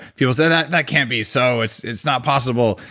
people say that that can't be so! it's it's not possible!